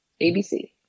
ABC